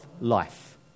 life